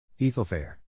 Ethelfair